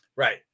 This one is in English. Right